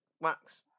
wax